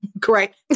Correct